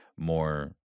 More